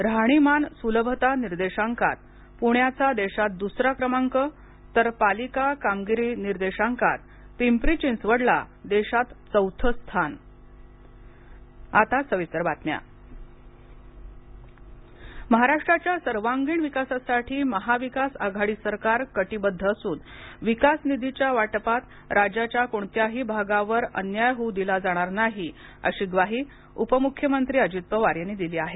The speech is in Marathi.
राहणीमान सुलभता निर्देशांकात पुण्याचा देशात दुसरा क्रमांक तर पालिका कामगिरी निर्देशांकात पिंपरी चिंचवडला देशात चौथं स्थान विधिमंडळ महाराष्ट्राच्या सर्वांगीण विकासासाठी महाविकास आघाडी सरकार कटीबध्द असून विकास निधीच्या वाटपात राज्याच्या कोणत्याही विभागावर अन्याय होऊ दिला जाणार नाही अशी ग्वाही उपमुख्यमंत्री अजित पवार यांनी दिली आहे